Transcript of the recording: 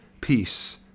Peace